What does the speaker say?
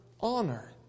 honor